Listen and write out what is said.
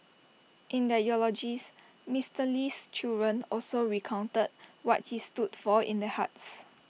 in their eulogies Mister Lee's children also recounted what he stood for in their hearts